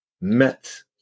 met